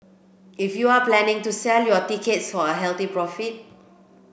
if you're planning to sell your tickets for a healthy profit